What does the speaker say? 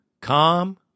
calm